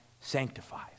sanctifies